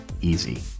easy